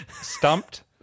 Stumped